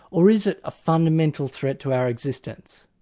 or is it a fundamental threat to our existence?